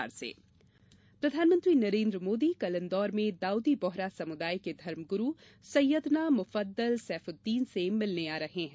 मोदी इन्दौर प्रधानमंत्री नरेंद्र मोदी कल इंदौर में दाऊदी बोहरा समुदाय के धर्मगुरु सैयदना मुफद्दल सैफ़्ट़ीन से मिलने आ रहे हैं